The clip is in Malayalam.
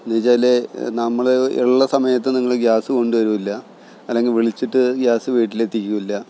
എന്നുവച്ചാല് നമ്മള് ഇള്ള സമയത്ത് നിങ്ങള് ഗ്യാസ് കൊണ്ട് വരൂല്ലാ അല്ലെങ്കില് വിളിച്ചിട്ട് ഗ്യാസ് വീട്ടിലെത്തിക്കൂല്ലാ